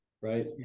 right